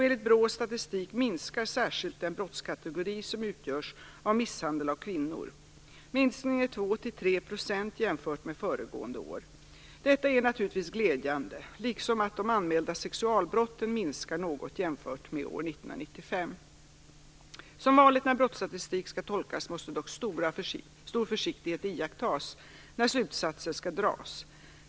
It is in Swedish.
Enligt BRÅ:s statistik minskar särskilt den brottskategori som utgörs av misshandel av kvinnor. Minskningen är 2-3 % jämfört med föregående år. Detta är naturligtvis glädjande, liksom att de anmälda sexualbrotten minskar något jämfört med 1995. Som vanligt när brottsstatistik skall tolkas, måste dock stor försiktighet iakttas när slutsatser skal dras.